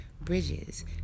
bridges